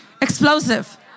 explosive